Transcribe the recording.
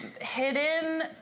hidden